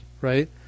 right